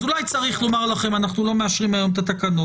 אולי צריך לומר לכם שאנחנו לא מאשרים היום את התקנות